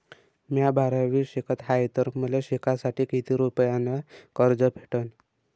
म्या बारावीत शिकत हाय तर मले शिकासाठी किती रुपयान कर्ज भेटन?